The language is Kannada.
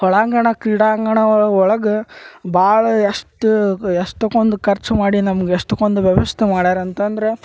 ಹೊಳಾಂಗಣ ಕ್ರೀಡಾಂಗಣ ಒಳ ಒಳಗೆ ಭಾಳ ಎಷ್ಟಗ ಎಷ್ಟಕ್ಕೊಂದು ಖರ್ಚು ಮಾಡಿ ನಮ್ಗೆ ಎಷ್ಟುಕ್ಕೊಂದು ವ್ಯವಸ್ಥೆ ಮಾಡ್ಯಾರ ಅಂತಂದ್ರೆ